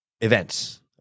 events